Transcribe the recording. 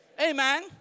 Amen